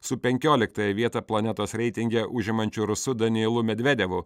su penkioliktąją vietą planetos reitinge užimančiu rusu danilu medvedevu